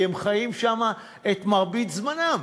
כי הם חיים שם את מרבית זמנם.